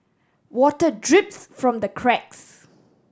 water drips from the cracks